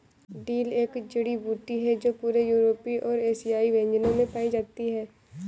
dill एक जड़ी बूटी है जो पूरे यूरोपीय और एशियाई व्यंजनों में पाई जाती है